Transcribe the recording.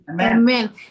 Amen